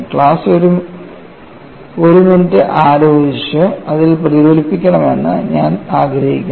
class ഒരു minute ആലോചിച്ച് അതിൽ പ്രതിഫലിപ്പിക്കണമെന്ന് ഞാൻ ആഗ്രഹിക്കുന്നു